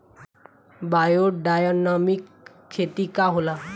Biodynamic खेती का होला?